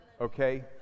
okay